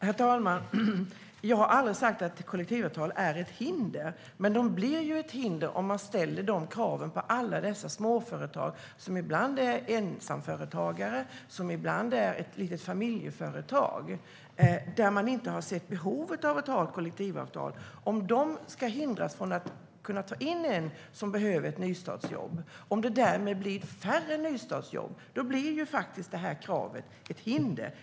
Herr talman! Jag har aldrig sagt att kollektivavtal är ett hinder. Men de blir ett hinder om man ställer de här kraven på alla dessa småföretag. Det är ibland ensamföretagare och ibland ett litet familjeföretag, där man inte har sett behovet av att ha kollektivavtal. Om de ska hindras från att ta in någon som behöver ett nystartsjobb och om det därmed blir färre nystartsjobb blir detta krav ett hinder.